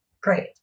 Great